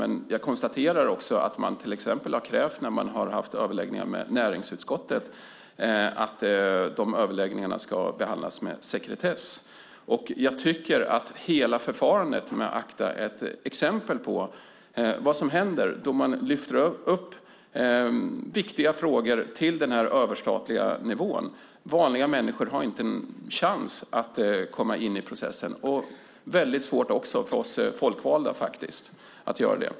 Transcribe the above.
Men jag konstaterar också att man till exempel har krävt när man haft överläggningar med näringsutskottet att de överläggningarna ska behandlas med sekretess. Hela förfarandet med ACTA är ett exempel på vad som händer när man lyfter upp viktiga frågor till den överstatliga nivån. Vanliga människor har inte en chans att komma in i processen. Det är också väldigt svårt för oss folkvalda att göra det.